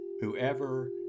Whoever